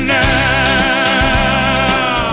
now